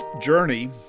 journey